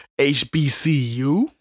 HBCU